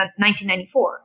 1994